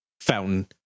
fountain